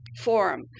forum